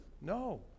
No